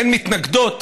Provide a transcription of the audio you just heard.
הן מתנגדות